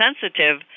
sensitive